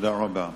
תודה רבה.